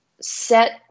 set